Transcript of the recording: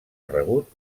rebut